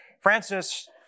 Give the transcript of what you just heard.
Francis